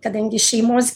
kadangi šeimos